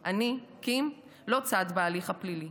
לי, אני, קים, לא צד בהליך הפלילי.